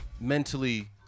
mentally